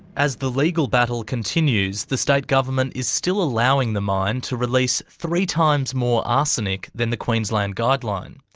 as the legal battle continues, the state government is still allowing the mine to release three times more arsenic than the queensland guideline.